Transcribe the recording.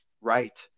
right